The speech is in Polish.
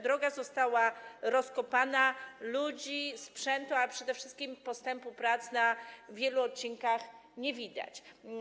Droga została rozkopana, ludzi, sprzętu, a przede wszystkim postępu prac na wielu odcinkach nie widać.